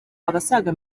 abasaga